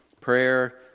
Prayer